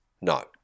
No